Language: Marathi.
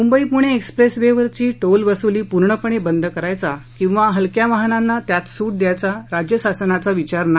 मुंबई पुणे एक्सप्रेस वेवरील टोलवसुली पूर्णपणे बंद करायचा किंवा हलक्या वाहनांना त्यात सूट द्यायचा राज्यशासनाचा विचार नाही